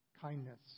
kindness